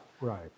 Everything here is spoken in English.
Right